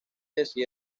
decide